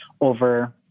over